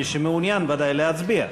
מי שמעוניין ודאי להצביע.